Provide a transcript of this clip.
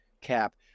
Cap